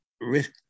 risk